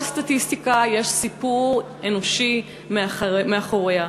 כל סטטיסטיקה, יש סיפור אנושי מאחוריה.